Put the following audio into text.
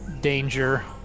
danger